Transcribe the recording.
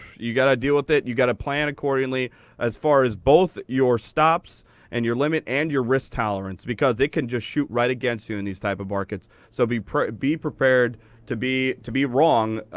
you gotta deal with it. you've got to plan accordingly as far as both your stops and your limit and your risk tolerance. because it can just shoot right against you in these type of markets. so be be prepared to be to be wrong,